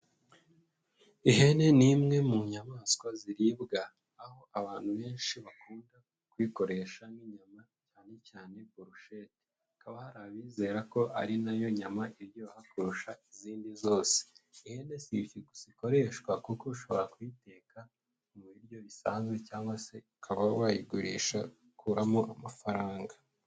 Ihene ni imwe mu nyamaswa ziribwa, aho abantu benshi bakunda kuyikoresha nk'inyama, cyane cyane burusheti. Hakaba hari abizera ko ari nayo nyama iryoha kurusha izindi zose. Ihene zikoreshwa kuko ushobora kuyiteka mu biryo bisanzwe, cyangwa se ukaba wayigurisha ugakuramo amafaranga.